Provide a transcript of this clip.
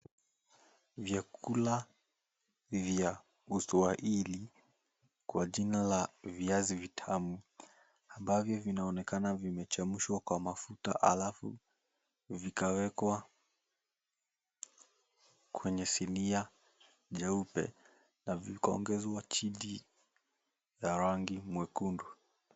Vyakula vya kutwa hili kwa jina la viazi vitamu ambavyo vinaonekana vimechemshwa kwa mafuta alafu vikawekwa kwenye sania nyeupe na vikaongezwa chidi ya rangi mwekundu.